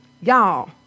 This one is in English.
Y'all